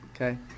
Okay